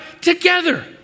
together